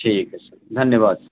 ٹھیک ہے سر دھنیواد